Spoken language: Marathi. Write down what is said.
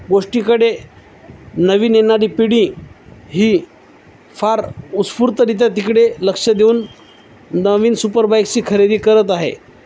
गोष्टीकडे नवीन येणारी पिढी ही फार उस्फूर्तरित्या तिकडे लक्ष देऊन नवीन सुपरबाईक्सची खरेदी करत आहे